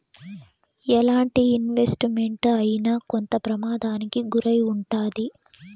ఎలాంటి investment అయినా కొంత ప్రమాదానికి గురై ఉంటాది